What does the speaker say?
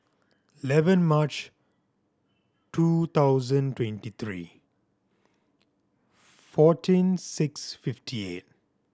eleven March two thousand twenty three fourteen six fifty eight